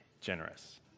generous